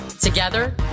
Together